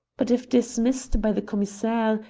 but if dismissed by the commissaire,